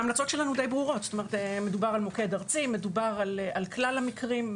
ההמלצות שלנו הן די ברורות: מדובר על מוקד ארצי; מדובר על כלל המקרים.